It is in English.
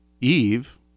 eve